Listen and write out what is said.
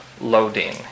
loading